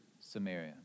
Samaria